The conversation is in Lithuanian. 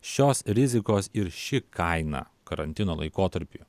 šios rizikos ir ši kaina karantino laikotarpy